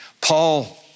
Paul